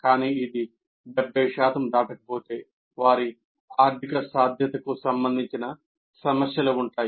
కనీసం ఇది 75 దాటకపోతే వారికి ఆర్థిక సాధ్యతకు సంబంధించిన సమస్యలు ఉంటాయి